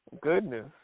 Goodness